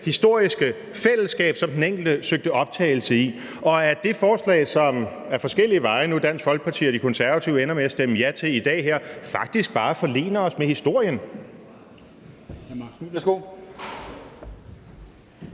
historiske fællesskab, som den enkelte søgte optagelse i, og at det forslag, som Dansk Folkeparti og De Konservative ad forskellige veje nu ender med at stemme ja til her i dag, faktisk bare forlener os med historien.